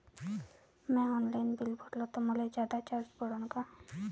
म्या online bill भरलं तर मले जादा चार्ज पडन का?